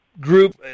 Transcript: group